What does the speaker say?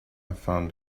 found